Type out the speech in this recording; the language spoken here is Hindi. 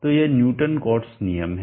तो यह न्यूटन कोट्स नियम है